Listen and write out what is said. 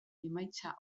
emaitza